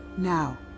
now,